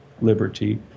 liberty